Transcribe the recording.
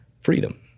freedom